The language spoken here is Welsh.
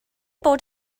bod